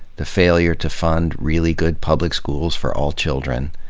the failure to fund really good public schools for all children,